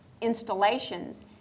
installations